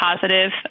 positive